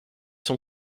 son